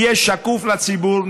זה יהיה שקוף לציבור,